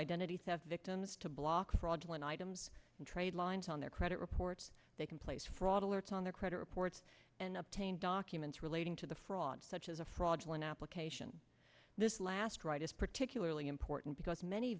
identity theft victims to block fraudulent items and trade lines on their credit reports they can place fraud alerts on their credit reports and obtain documents relating to the fraud such as a fraudulent application this last right is particularly important because many